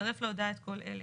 ויצרף להודעה את כל אלה: